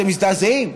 אתם מזדעזעים,